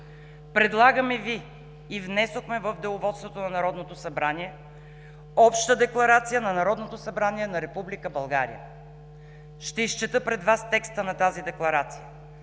Предлагаме Ви и внесохме в Деловодството на Народното събрание Обща декларация на Народното събрание на Република България. Ще изчета пред Вас текста на тези Декларация